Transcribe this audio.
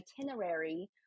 itinerary